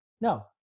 No